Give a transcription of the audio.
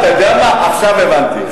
אתה יודע מה, עכשיו הבנתי.